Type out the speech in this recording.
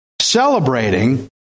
celebrating